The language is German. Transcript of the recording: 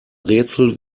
rätsel